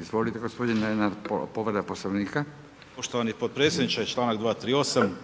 Izvolite, gospodine Lenart, povreda Poslovnika. **Lenart, Željko (HSS)** Poštovani potpredsjedniče, članak 238.